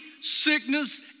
sickness